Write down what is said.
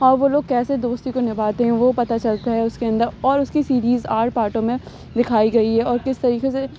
اور وہ لوگ کیسے دوستی کو نبھاتے ہیں وہ پتہ چلتا ہے اُس کے اندر اور اُس کی سیریز آٹھ پارٹوں میں دکھائی گئی ہے اور کس طریقے سے